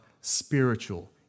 spiritual